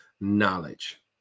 knowledge